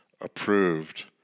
approved